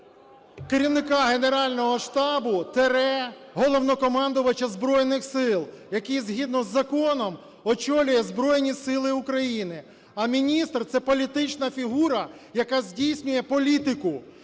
керівника Генерального штабу – Головнокомандувача Збройних Сил, який згідно з законом очолює Збройні Сили України. А міністр – це політична фігура, яка здійснює політику.